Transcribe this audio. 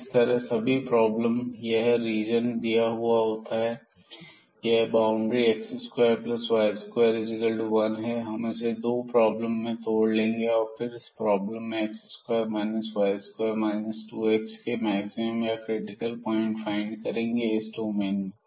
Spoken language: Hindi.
इस तरह की सभी प्रॉब्लम यह रीजन दिया हुआ होता है तो यह बाउंड्री x2y21 है हम इसे दो प्रॉब्लम में तोड़ लेंगे और फिर इस प्रॉब्लम x2 y2 2x के मैक्सिमम या क्रिटिकल पॉइंट फाइंड करेंगे इस डोमेन में